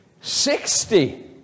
Sixty